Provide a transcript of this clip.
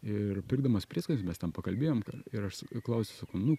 ir pirkdamas prieskonius mes ten pakalbėjom ir aš klausiu sakau nu